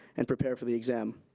and prepare for the exam.